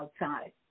outside